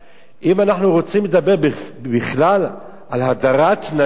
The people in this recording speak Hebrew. אם אנחנו רוצים לדבר בכלל על הדרת נשים,